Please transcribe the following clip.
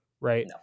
right